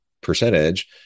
percentage